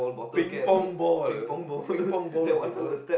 Ping-Pong ball Ping-Pong ball is the worst